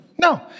No